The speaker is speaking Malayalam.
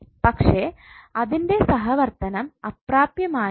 പക്ഷേ അതിൻറെ സഹവർത്തനം അപ്രാപ്യമായിട്ടുണ്ട്